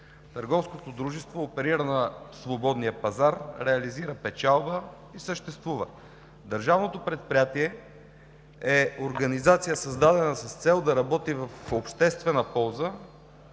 Търговското дружество оперира на свободния пазар, реализира печалба и съществува. Държавното предприятие е организация, създадена с цел да работи в обществена полза,